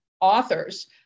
authors